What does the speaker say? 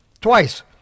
twice